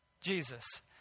Jesus